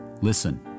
Listen